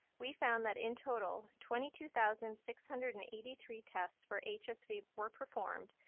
we found that in total, twenty two thousand six hundred and eighty three tests for hsv were performed,